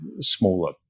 smaller